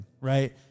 right